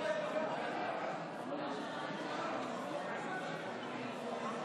אנחנו נעבור להצעת האי-אמון השלישית בממשלה,